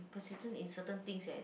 persistent in certain thing eh